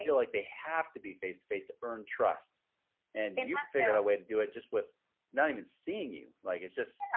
feel like they have to be face to face to earn trust and and you figure out a way to do it just with not even seeing you, like, it's just,